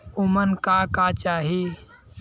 उमन का का चाही?